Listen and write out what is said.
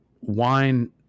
wine